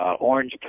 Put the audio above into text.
Orange